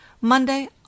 Monday